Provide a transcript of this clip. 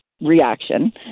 reaction